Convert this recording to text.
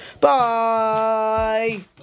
bye